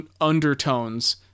undertones